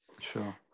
Sure